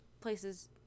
places